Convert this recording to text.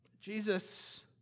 Jesus